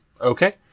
Okay